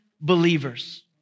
believers